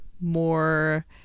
More